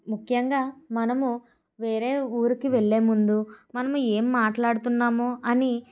ముఖ్యంగా మనము వేరే ఊరికి వెళ్ళే ముందు మనం ఏం మాట్లాడుతున్నామో అని